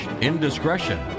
Indiscretion